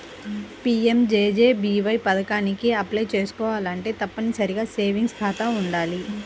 PMJJBY పథకానికి apply చేసుకోవాలంటే తప్పనిసరిగా సేవింగ్స్ ఖాతా వుండాలి